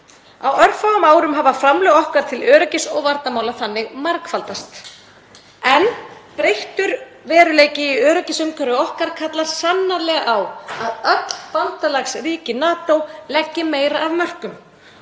Á örfáum árum hafa framlög okkar til öryggis- og varnarmála þannig margfaldast. En breyttur veruleiki í öryggisumhverfi okkar kallar sannarlega á að öll bandalagsríki NATO leggi meira af mörkum.